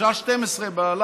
בשעה 24:00 או 23:00,